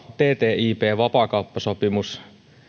ttip vapaakauppasopimus